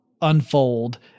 unfold